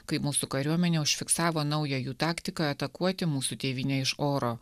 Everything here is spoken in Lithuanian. kai mūsų kariuomenė užfiksavo naują jų taktiką atakuoti mūsų tėvynę iš oro